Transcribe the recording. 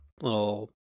little